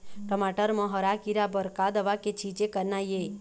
टमाटर म हरा किरा बर का दवा के छींचे करना ये?